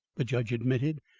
the judge admitted,